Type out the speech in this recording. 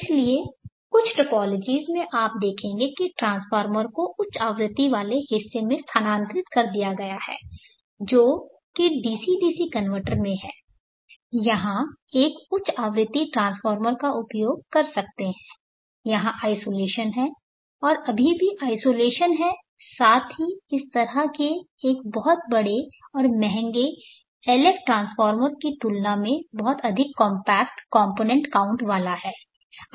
इसलिए कुछ टोपोलोजिज़ में आप देखेंगे कि ट्रांसफार्मर को उच्च आवृत्ति वाले हिस्से में स्थानांतरित कर दिया गया है जो कि डीसी डीसी कनवर्टर में है यहाँ एक उच्च आवृत्ति ट्रांसफार्मर का उपयोग कर सकते हैं यहाँ आइसोलेशन है और अभी भी आइसोलेशन है साथ ही इस तरह के एक बहुत बड़े और महंगे LF ट्रांसफार्मर की तुलना में बहुत अधिक कॉम्पैक्ट कॉम्पोनेन्ट काउंट वाला है